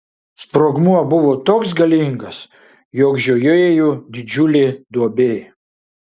sprogmuo buvo toks galingas jog žiojėjo didžiulė duobė